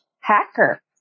Hacker